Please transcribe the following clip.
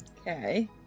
Okay